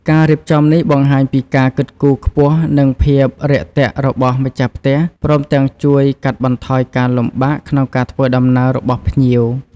ការរៀបចំនេះបង្ហាញពីការគិតគូរខ្ពស់និងភាពរាក់ទាក់របស់ម្ចាស់ផ្ទះ ព្រមទាំងជួយកាត់បន្ថយការលំបាកក្នុងការធ្វើដំណើររបស់ភ្ញៀវ។